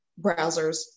browsers